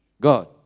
God